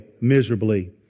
miserably